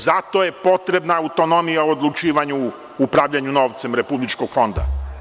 Zato je potrebna autonomija u odlučivanju o upravljanju novca Republičkog fonda.